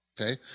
okay